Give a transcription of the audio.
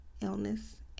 illness